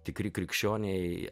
tikri krikščioniai